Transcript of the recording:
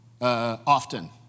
often